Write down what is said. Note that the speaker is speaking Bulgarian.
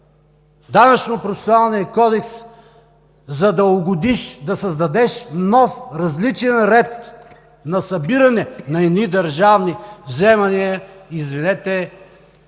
Данъчно-процесуалния кодекс, за да угодиш, да създадеш нов, различен ред на събиране на едни държавни вземания, извинете,